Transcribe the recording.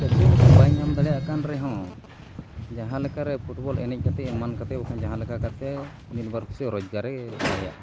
ᱪᱟᱹᱠᱨᱤ ᱱᱚᱠᱨᱤ ᱵᱟᱭ ᱧᱟᱢ ᱫᱟᱲᱮᱭᱟᱜ ᱠᱟᱱ ᱨᱮᱦᱚᱸ ᱡᱟᱦᱟᱸ ᱞᱮᱠᱟᱨᱮ ᱯᱷᱩᱴᱵᱚᱞ ᱮᱱᱮᱡ ᱠᱟᱛᱮᱫ ᱮᱢᱟᱱ ᱠᱟᱛᱮᱫ ᱵᱟᱠᱷᱟᱱ ᱡᱟᱦᱟᱸ ᱞᱮᱠᱟ ᱠᱟᱛᱮᱫ ᱢᱤᱫ ᱵᱟᱨ ᱯᱩᱭᱥᱟᱹ ᱨᱳᱡᱽᱜᱟᱨᱮ ᱫᱟᱲᱮᱭᱟᱜᱼᱟ